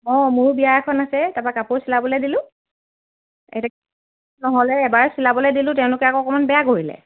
অঁ মোৰো বিয়া এখন আছে তাৰ পৰা কাপোৰ চিলাবলৈ দিলোঁ এতিয়া নহ'লে এবাৰ চিলাবলৈ দিলোঁ তেওঁলোকে আকৌ অকণমান বেয়া কৰিলে